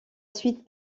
suite